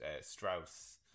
Strauss